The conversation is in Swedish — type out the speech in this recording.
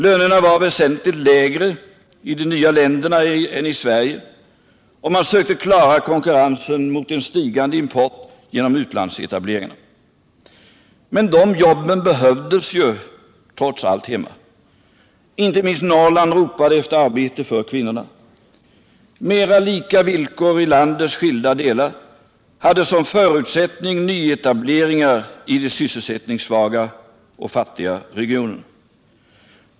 Lönerna var väsentligt lägre i de länderna än i Sverige, och konkurrensen mot en stigande import sökte man klara genom utlandsetableringar. Men de jobben behövdes ju trots allt här hemma! Inte minst 35 Norrland ropade efter arbete för kvinnorna. Mera lika villkor i landets skilda delar hade som förutsättning nyetableringar i de sysselsättningssvaga och fattiga regionerna.